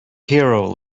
hero